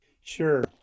Sure